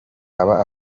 aba